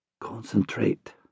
Concentrate